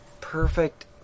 perfect